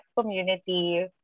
community